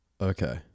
okay